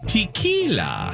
Tequila